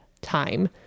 time